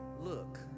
look